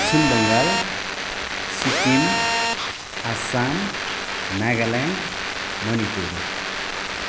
Paschim Bangal Sikkim Assam Nagaland Manipur